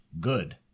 Good